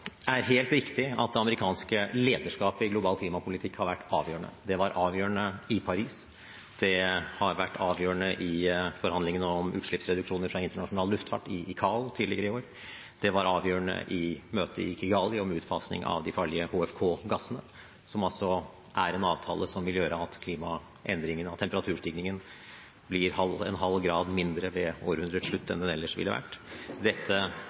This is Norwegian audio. var avgjørende i Paris, det har vært avgjørende i forhandlingene om utslippsreduksjoner fra internasjonal luftfart i ICAO tidligere i år, det var avgjørende i møtet i Kigali om utfasing av de farlige HFK-gassene, som er en avtale som vil gjøre at temperaturstigningen blir en halv grad mindre ved århundrets slutt enn den ellers ville vært.